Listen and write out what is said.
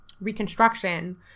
reconstruction